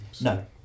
No